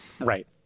right